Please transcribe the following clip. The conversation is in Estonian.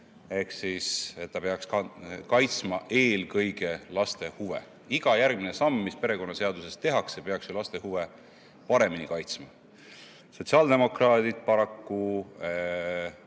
ehk siis ta peaks kaitsma eelkõige laste huve. Iga järgmine samm, mis perekonnaseaduses tehakse, peaks laste huve paremini kaitsma. Sotsiaaldemokraadid paraku